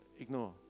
ignore